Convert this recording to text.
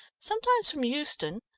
sometimes from euston,